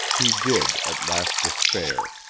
he did at last despair.